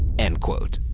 end quote.